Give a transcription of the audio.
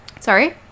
Sorry